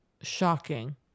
shocking